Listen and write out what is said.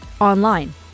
online